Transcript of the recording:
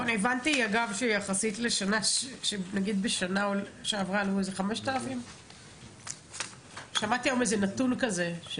אגב, שבשנה שעברה עלו איזה 5,000. שמעתי נתון כזה.